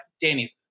Danny